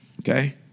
Okay